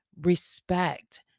respect